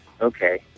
okay